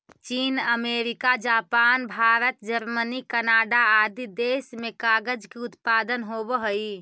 चीन, America, Japan, Bharat, Germany, Canada आदि देश में कागज के उत्पादन होवऽ हई